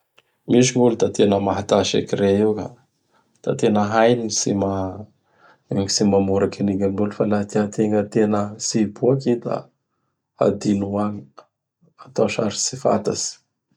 Misy gn'olo da tena mahatà sekire io ka. Da tena hainy ny tsy ma-gny tsy mamoraky an'igny ami gnolo. Fa laha tiategna tena tsy hiboaky i da hadinoa agny. Atao sary tsy fatatsy.